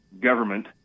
government